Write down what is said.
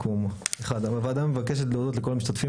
הוועדה מבקשת להודות לכל המשתתפים